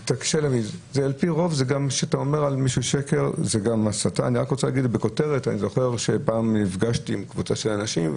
אני רק רוצה להגיד ככותרת שפעם נפגשתי עם קבוצה של אנשים,